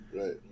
Right